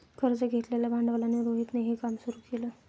कर्ज घेतलेल्या भांडवलाने रोहितने हे काम सुरू केल